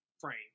frame